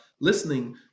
listening